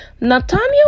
Nathaniel